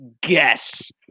guess